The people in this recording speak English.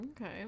okay